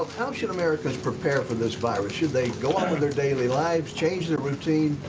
how should americans prepare for this virus? should they go on with their daily lives, change their routine?